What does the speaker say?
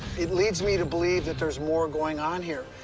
it leads me to believe that there's more going on here.